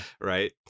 right